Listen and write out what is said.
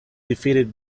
defeated